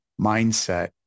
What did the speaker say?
mindset